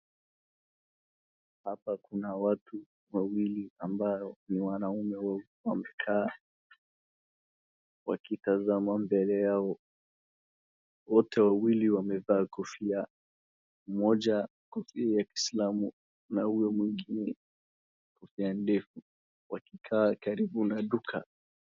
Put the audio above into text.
Hapa kuna watu wawili ambayo ni wanaume wawili wamtaa wakitazama mbele yao. Wote wawili wamevaa kofia, mmoja kofia ya kiislamu na huyo mwingine kofia ndefu wakikaa karibu na duka.